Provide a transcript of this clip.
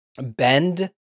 bend